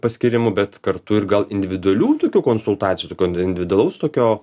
paskyrimų bet kartu ir gal individualių tokių konsultacijų tokio individualaus tokio